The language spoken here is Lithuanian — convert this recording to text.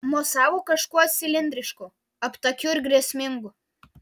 mosavo kažkuo cilindrišku aptakiu ir grėsmingu